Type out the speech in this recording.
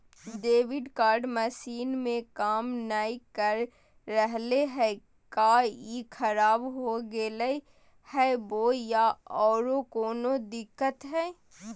Debit card machine में काम नाय कर रहले है, का ई खराब हो गेलै है बोया औरों कोनो दिक्कत है?